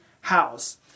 house